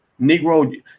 Negro